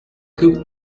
club